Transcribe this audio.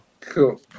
cool